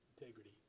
Integrity